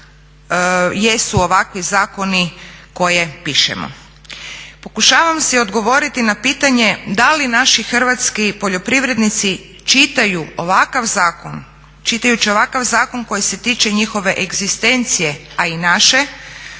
jesu ovakvi zakoni koje pišemo. Pokušavam si odgovoriti na pitanje da li naši hrvatski poljoprivrednici čitajući ovakav zakon koji se tiče njihove egzistencije, a i naše,